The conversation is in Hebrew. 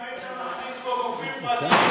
אם היית מכניס פה גופים פרטיים,